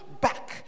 back